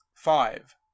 Five